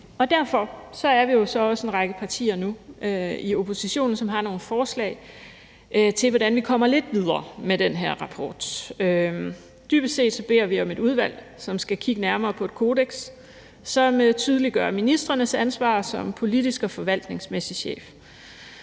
Derfor er vi så også nu en række partier i opposition, som har nogle forslag til, hvordan vi kommer lidt videre med den rapport. Dybest set beder vi om et udvalg, som skal kigge nærmere på et kodeks, som tydeliggør ministrenes ansvar som politisk og forvaltningsmæssig chef.